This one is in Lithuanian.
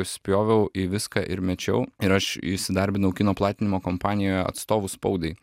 spjoviau į viską ir mečiau ir aš įsidarbinau kino platinimo kompanijoje atstovu spaudai